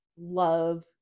love